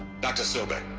dr. sobeck.